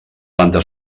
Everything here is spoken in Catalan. planta